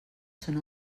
són